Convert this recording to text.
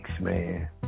man